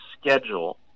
schedule